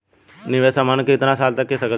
निवेश हमहन के कितना साल तक के सकीलाजा?